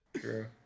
True